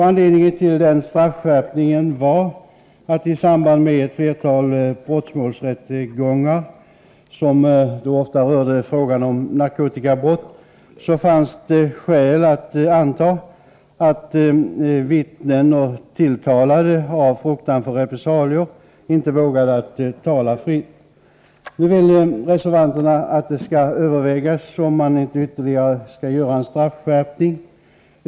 Anledningen till straffskärpningen var att det i samband med ett flertal brottmålsrättegångar — som ofta rörde narkotikabrott — fanns skäl att anta att vittnen och tilltalade av fruktan för repressalier inte vågade tala fritt. Nu vill reservanterna att det skall övervägas om inte ytterligare straffskärpningar borde företas.